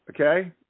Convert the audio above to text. okay